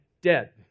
dead